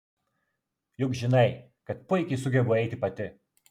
juk žinai kad puikiai sugebu eiti pati